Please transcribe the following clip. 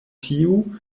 tiu